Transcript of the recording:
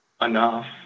enough